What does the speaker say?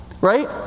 right